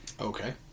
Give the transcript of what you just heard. Okay